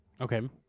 Okay